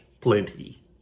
plenty